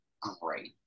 great